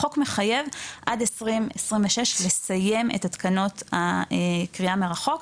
החוק מחייב עד 2026 לסיים את התקנות הקריאה מרחוק,